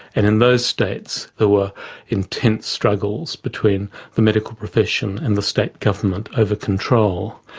and in those states, there were intense struggles between the medical profession and the state government over control.